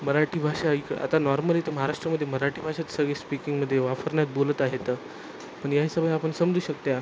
मराठी भाषा इक् आता नॉर्मली तर महाराष्ट्रामध्ये मराठी भाषाच सगळी स्पीकिंगमध्ये वापरण्यात बोलत आहेत पण या हिशोबाने आपण समजू शकत्या